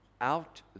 Out